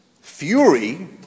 fury